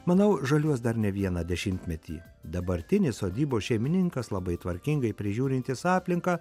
manau žaliuos dar ne vieną dešimtmetį dabartinis sodybos šeimininkas labai tvarkingai prižiūrintis aplinką